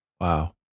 Wow